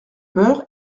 peur